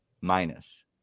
minus